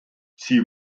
sie